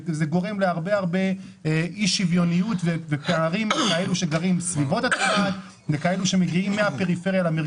מה שגורם לאי שוויוניות ופערים לכאלה שגרים בסביבות הטבעת,